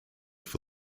for